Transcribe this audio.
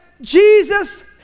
Jesus